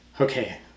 Okay